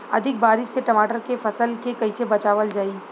अधिक बारिश से टमाटर के फसल के कइसे बचावल जाई?